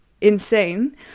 Insane